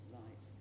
light